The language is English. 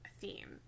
theme